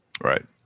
right